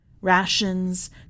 rations